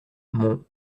mon